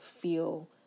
feel